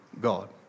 God